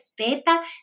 respeta